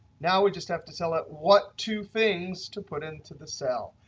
now we just have to tell it what two things to put into the cell.